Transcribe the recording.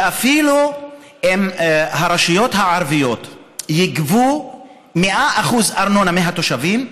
שאפילו אם הרשויות הערביות יגבו 100% ארנונה מהתושבים,